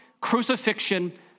crucifixion